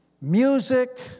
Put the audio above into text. music